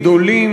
גדולים,